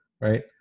right